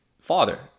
father